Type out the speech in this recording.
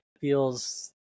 feels